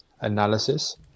analysis